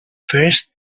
first